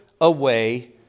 away